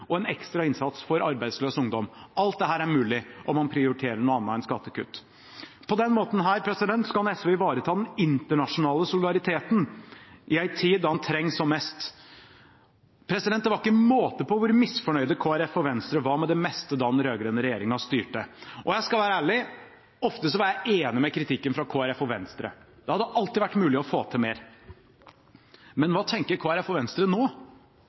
og en ekstra innsats for arbeidsløs ungdom – alt dette er mulig om man prioriterer noe annet enn skattekutt. På denne måten kan SV ivareta den internasjonale solidariteten i en tid da den trengs som mest. Det var ikke måte på hvor misfornøyde Kristelig Folkeparti og Venstre var med det meste da den rød-grønne regjeringen styrte. Jeg skal være ærlig: Ofte var jeg enig i kritikken fra Kristelig Folkeparti og Venstre. Det hadde alltid vært mulig å få til mer. Men hva tenker Kristelig Folkeparti og Venstre nå?